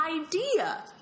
idea